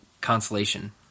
consolation